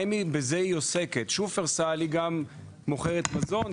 Buy Me עוסקת בזה; שופרסל גם מוכרות מזון,